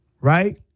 right